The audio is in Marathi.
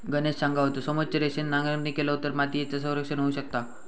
गणेश सांगा होतो, समोच्च रेषेन नांगरणी केलव तर मातीयेचा संरक्षण होऊ शकता